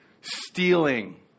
stealing